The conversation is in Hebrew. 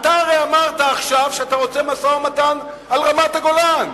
אתה הרי אמרת עכשיו שאתה רוצה משא-ומתן על רמת-הגולן.